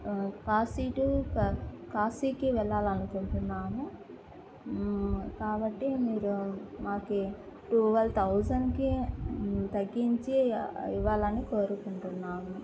Kashi to కాశీకి వెళ్ళాలనుకుంటున్నాము కాబట్టి మీరు మాకు ట్వెల్వ్ థౌజండ్కి తగ్గించి ఇవ్వాలని కోరుకుంటున్నాము